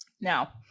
Now